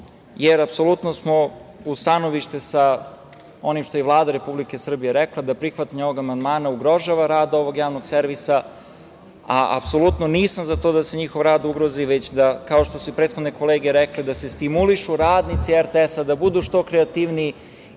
smo apsolutno uz stanovište sa onim što je i Vlada Republike Srbije rekla da prihvatanje ovog amandmana ugrožava rad ovog javnog servisa, a apsolutno nisam za to da se njihov rad ugrozi, već kao što su prethodne kolege rekle da se stimulišu radnici RTS-a, da budu što kreativniji